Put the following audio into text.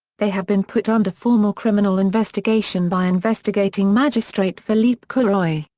they have been put under formal criminal investigation by investigating magistrate philippe courroye,